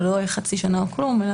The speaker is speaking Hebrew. שלא יהיה חצי שנה או כלום.